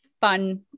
fun